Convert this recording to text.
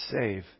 save